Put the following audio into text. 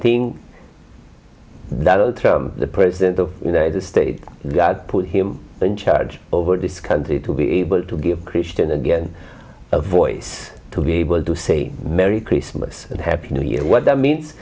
thing that the president of the state that put him in charge over this country to be able to give christian again a voice to be able to say merry christmas and happy new year what that means